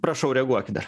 prašau reaguokit dar